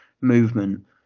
movement